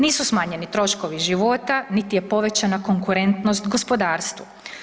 Nisu smanjeni troškovi života, niti je povećana konkurentnost gospodarstvu.